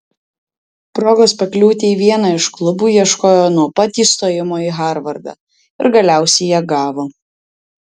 progos pakliūti į vieną iš klubų ieškojo nuo pat įstojimo į harvardą ir galiausiai ją gavo